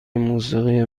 موسیقی